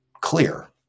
clear